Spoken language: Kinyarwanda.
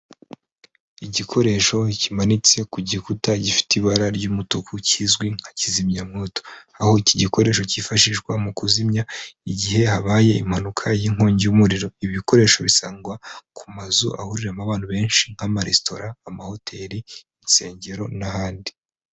Igikoresho kimanitse ku gikuta gifite ibara ry'umutuku kizwi nka kizimyamwoto, aho iki gikoresho cyifashishwa mu kuzimya igihe habaye impanuka y'inkongi y'umuriro, ibikoresho bisangwa ku mazu ahuriramo abantu benshi nk'amaresitora, amahoteli, insengero n'ahandi.